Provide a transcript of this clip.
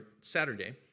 Saturday